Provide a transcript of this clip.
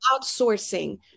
outsourcing